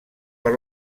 per